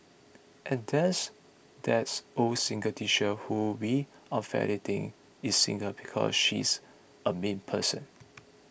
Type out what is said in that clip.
and there's that's old single teacher who we unfairly think is single because she's a mean person